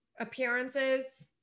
appearances